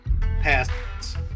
Pass